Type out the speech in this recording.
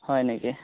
হয় নেকি